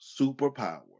superpower